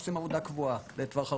מחפשים עבודה קבועה לטווח ארוך,